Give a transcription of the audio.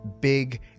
big